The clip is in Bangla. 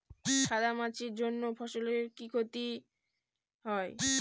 সাদা মাছির জন্য ফসলের কি ক্ষতি হয়?